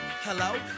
Hello